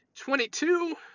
Twenty-two